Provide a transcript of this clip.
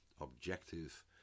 objective